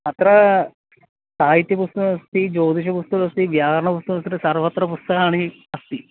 अत्र साहित्यपुस्तकस्ति ज्योतिषपुस्तकम् अस्ति व्याकरणपुस्तकमस्ति सर्वत्र पुस्तकानि अस्ति